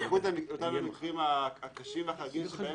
בייחוד באותם מקרים קשים וחריגים שבהם